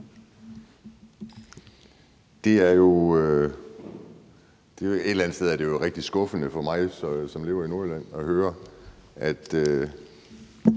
Andersen (NB): Et eller andet sted er det jo rigtig skuffende for mig, som lever i Nordjylland, at høre, at